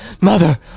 Mother